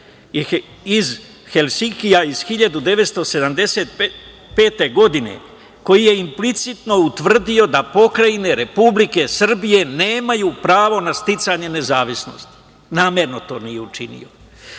iz Helsinkija iz 1975. godine, koji je implicitno utvrdio da pokrajine Republike Srbije nemaju pravo na sticanje nezavisnosti. Namerno to nije učinio. Jeremić